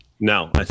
No